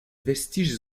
vestiges